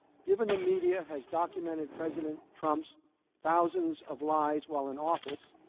given the media has documented president trump's thousands of lives while in office,